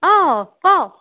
অঁ ক